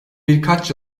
birkaç